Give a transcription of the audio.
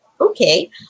okay